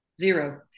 Zero